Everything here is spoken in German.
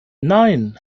nein